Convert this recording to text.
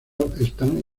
están